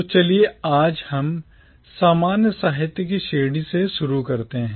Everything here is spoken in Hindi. तो चलिए आज हम सामान्य साहित्य की श्रेणी से शुरू करते हैं